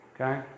Okay